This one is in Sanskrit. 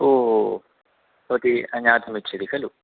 ओ भवती ज्ञातुमिच्छति खलु